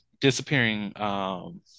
disappearing